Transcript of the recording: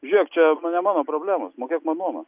žiūrėk čia nu ne mano problemos mokėk man nuomą